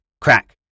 Crack